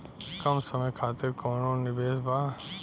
कम समय खातिर कौनो निवेश बा?